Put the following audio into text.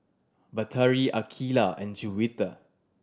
Batari Aqeelah and Juwita